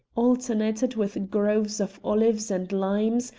alternated with groves of olives and limes,